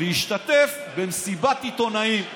להשתתף במסיבת עיתונאים.